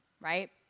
right